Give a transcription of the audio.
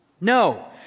No